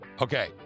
Okay